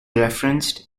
referenced